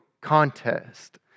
contest